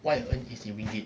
what you earn is in ringgit